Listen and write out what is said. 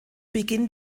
beginn